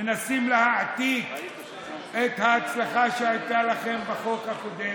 מנסים להעתיק את ההצלחה שהייתה לכם בחוק הקודם.